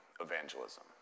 evangelism